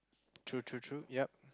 true true true yep